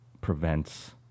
prevents